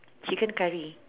chicken curry